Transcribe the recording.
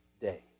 day